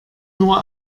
nur